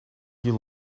you